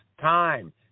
time